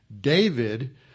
David